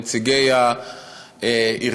את נציגי הארגונים,